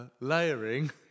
layering